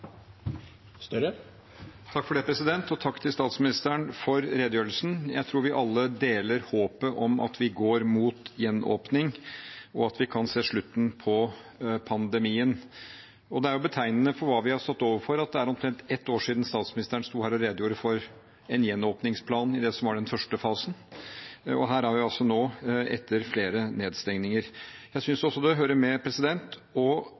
Takk til statsministeren for redegjørelsen. Jeg tror vi alle deler håpet om at vi går mot gjenåpning, og at vi kan se slutten på pandemien. Det er jo betegnende for hva vi har stått overfor, at det er omtrent et år siden statsministeren sto her og redegjorde for en gjenåpningsplan i det som var den første fasen. Her er vi altså nå etter flere nedstengninger. Jeg synes også det hører med